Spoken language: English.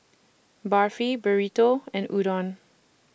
Barfi Burrito and Udon